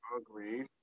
Agreed